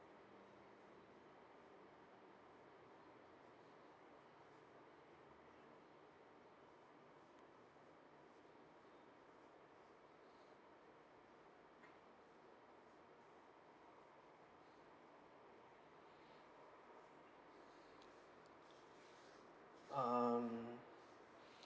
um